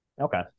Okay